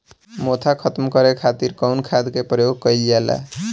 मोथा खत्म करे खातीर कउन खाद के प्रयोग कइल जाला?